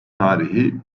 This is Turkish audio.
tarihi